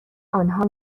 آنها